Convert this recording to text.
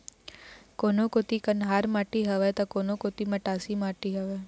कोनो कोती कन्हार माटी हवय त, कोनो कोती मटासी माटी हवय